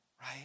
right